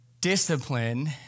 discipline